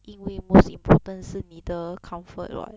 因为 most important 是你的 comfort [what]